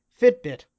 Fitbit